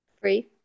free